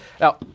Now